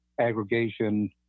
aggregation